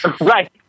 Right